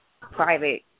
private